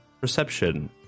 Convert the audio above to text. perception